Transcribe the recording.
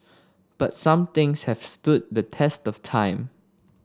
but some things have stood the test of time